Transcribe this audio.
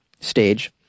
stage